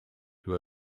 who